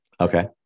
Okay